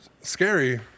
scary